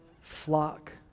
flock